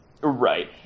Right